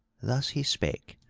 thus he spake,